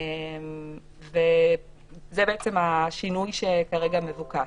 זה השינוי שכרגע מבוקש.